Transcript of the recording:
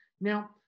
Now